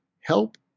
help